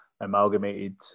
amalgamated